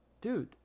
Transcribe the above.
dude